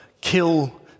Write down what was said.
kill